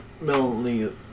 Melanie